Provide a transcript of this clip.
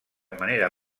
manera